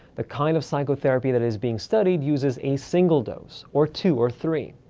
the kind of psychotherapy that is being studied uses a single dose, or two, or three.